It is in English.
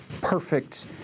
perfect